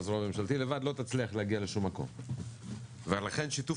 או הזרוע הממשלתית לבד לא תצליח להגיע לשום מקום ולכן שיתוף